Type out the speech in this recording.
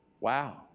Wow